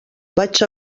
vaig